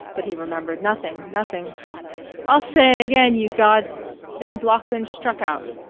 but he remembered nothing, nothing i'll say it again, you god then bloeckman struck out,